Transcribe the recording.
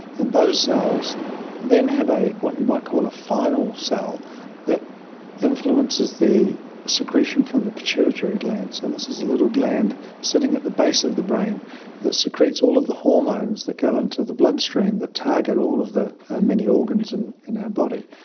and those cells then have what you might call a final cell that influences the secretion from the pituitary gland. so this is a little gland sitting at the base of the brain that secretes all of the hormones that go into the bloodstream that target all of the many organs and in our body.